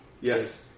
Yes